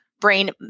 brain